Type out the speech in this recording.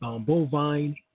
bovine